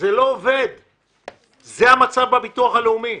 אלא שזה המצב בביטוח הלאומי.